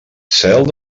cel